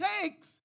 takes